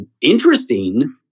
interesting